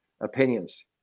opinions